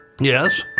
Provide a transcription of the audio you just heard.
yes